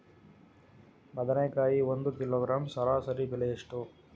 ಬದನೆಕಾಯಿ ಒಂದು ಕಿಲೋಗ್ರಾಂ ಸರಾಸರಿ ಬೆಲೆ ಎಷ್ಟು?